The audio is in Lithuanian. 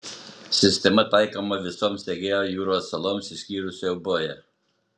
sistema taikoma visoms egėjo jūros saloms išskyrus euboją